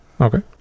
Okay